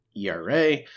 ERA